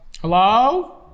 Hello